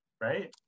right